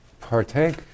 partake